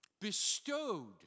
bestowed